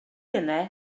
yna